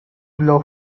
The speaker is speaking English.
blow